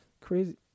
crazy